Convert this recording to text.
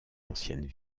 anciennes